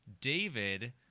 David